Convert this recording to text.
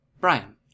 Brian